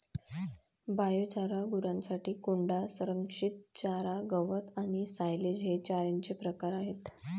biochar, गुरांसाठी कोंडा, संरक्षित चारा, गवत आणि सायलेज हे चाऱ्याचे प्रकार आहेत